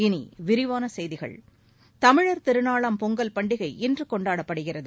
இனி விரிவான செய்திகள் தமிழர் திருநாளாம் பொங்கல் பண்டிகை இன்று கொண்டாடப்படுகிறது